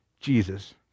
Jesus